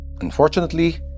Unfortunately